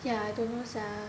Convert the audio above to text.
yeah I don't know sia